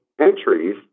entries